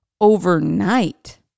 overnight